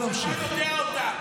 אתה יודע שזאת דמגוגיה.